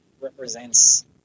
represents